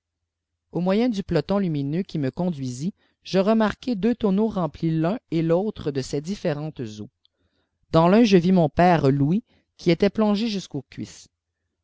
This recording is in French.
au myndu peloton lumineux qui me conduisît je remarquai deux inneaux remplis l'un et l'autre de ces différentes eaux iiàri tudj je vis mon père louis quiétait plongé jusqu'aux cuisses